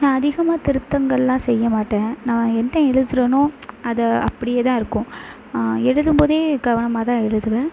நான் அதிகமாக திருத்தங்கள்லாம் செய்யமாட்டேன் நான் என்ன எழுதுகிறேனோ அது அப்படியே தான் இருக்கும் எழுதும்போதே கவனமாக தான் எழுதுவேன்